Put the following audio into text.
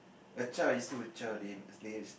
a child is still a child they they